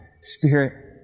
Spirit